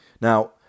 Now